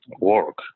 work